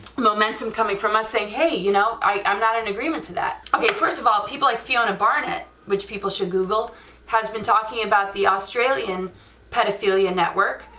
momentum coming from us saying hey you know, i'm not in agreement to that, okay first of all, people like fiona barnett, which people should google has been talking about the australian pedophilia network,